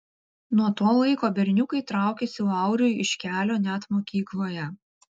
nuo to laiko berniukai traukėsi lauriui iš kelio net mokykloje